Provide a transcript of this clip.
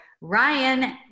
Ryan